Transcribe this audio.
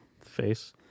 face